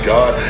God